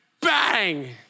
bang